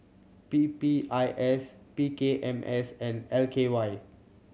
P P I S P K M S and L K Y